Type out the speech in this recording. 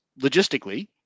logistically